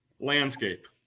landscape